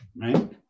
Right